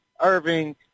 Irving